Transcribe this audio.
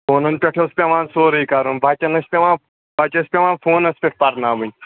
فونَن پٮ۪ٹھ اوس پٮ۪وان سورُے کَرُن بَچَن ٲسۍ پٮ۪وان بَچہٕ ٲسۍ پٮ۪وان فونَس پٮ۪ٹھ پرناوٕنۍ